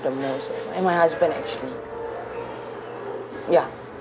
the most my husband actually ya